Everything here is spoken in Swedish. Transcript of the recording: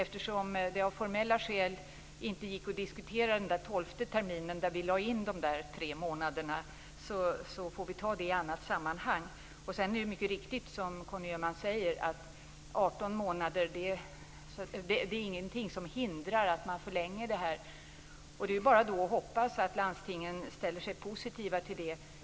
Eftersom det av formella skäl inte gick att diskutera den tolfte terminen, där vi lade in de tre månaderna psykiatri, får vi ta den diskussionen i annat sammanhang. Det är mycket riktigt som Conny Öhman säger. Ingenting hindrar att man förlänger AT-tjänstgöringen utöver de 18 månaderna. Det är då bara att hoppas att landstingen ställer sig positiva till det.